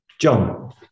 John